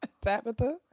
Tabitha